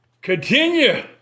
continue